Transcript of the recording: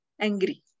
angry